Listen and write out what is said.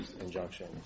injunction